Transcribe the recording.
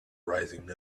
rising